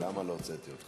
למה לא הוצאתי אותך?